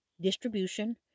distribution